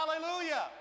Hallelujah